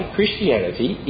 Christianity